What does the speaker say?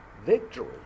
victory